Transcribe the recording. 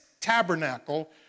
tabernacle